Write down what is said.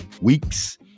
weeks